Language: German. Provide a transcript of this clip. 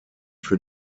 für